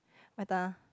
my turn ah